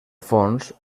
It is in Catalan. fons